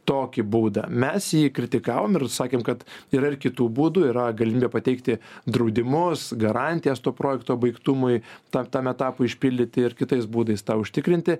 tokį būdą mes jį kritikavom ir sakėm kad yra ir kitų būdų yra galimybė pateikti draudimus garantijas to projekto baigtumui ta tam etapui išpildyti ir kitais būdais tą užtikrinti